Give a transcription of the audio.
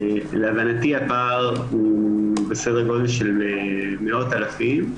להבנתי הפער הוא בסדר גודל של מאות אלפים.